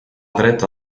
dreta